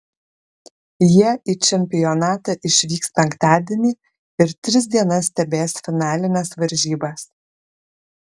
jie į čempionatą išvyks penktadienį ir tris dienas stebės finalines varžybas